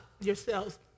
yourselves